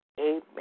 Amen